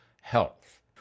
health